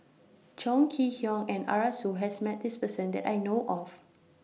Chong Kee Hiong and Arasu has Met This Person that I know of